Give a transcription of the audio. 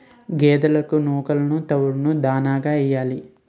గేదెలకు నూకలును తవుడును దాణాగా యియ్యాలి